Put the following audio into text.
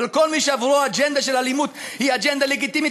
אבל כל מי שעבורו אג'נדה של אלימות היא אג'נדה לגיטימית,